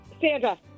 Sandra